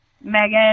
Megan